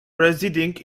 residing